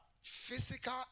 physical